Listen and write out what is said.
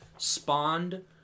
Spawned